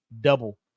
double